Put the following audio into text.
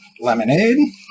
lemonade